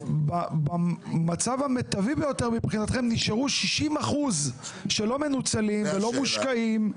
כשבמצב המיטבי ביותר מבחינתכם נשארו 60% שלא מנוצלים ולא מושקעים.